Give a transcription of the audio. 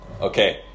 Okay